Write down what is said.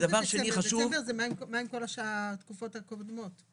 מה עם כל התקופות הקודמות?